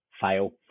fail